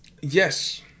yes